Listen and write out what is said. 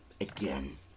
again